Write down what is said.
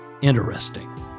Interesting